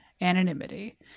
anonymity